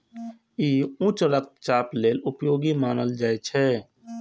ई उच्च रक्तचाप लेल उपयोगी मानल जाइ छै